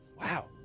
Wow